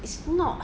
it's not